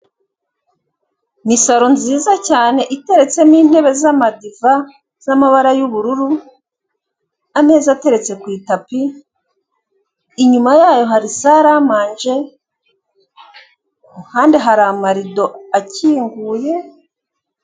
Ni saro nziza cyane iteretsemo intebe z'amadiva z'amabara y'ubururu ameza ateretse ku itapi, inyuma yayo hari saramanje ku ruhande hari amarido akinguye.